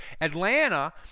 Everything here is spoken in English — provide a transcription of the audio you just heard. Atlanta